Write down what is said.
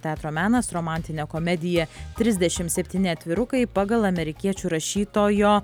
teatro menas romantinė komedija trisdešim septyni atvirukai pagal amerikiečių rašytojo